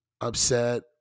upset